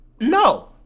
No